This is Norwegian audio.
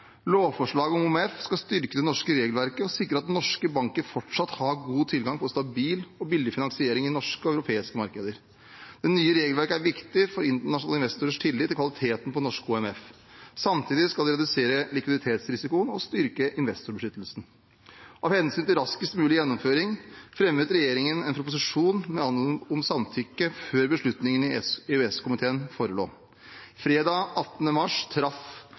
Lovforslaget om OMF skal styrke det norske regelverket og sikre at norske banker fortsatt har god tilgang på stabil og billig finansiering i norske og europeiske markeder. Det nye regelverket er viktig for internasjonale investorers tillit til kvaliteten på norske OMF. Samtidig skal det redusere likviditetsrisikoen og styrke investorbeskyttelsen. Av hensyn til raskest mulig gjennomføring fremmet regjeringen en proposisjon med anmodning om samtykke før beslutningen i EØS-komiteen forelå. Fredag 18. mars traff